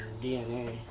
DNA